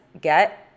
get